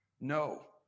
No